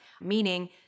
meaning